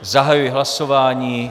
Zahajuji hlasování.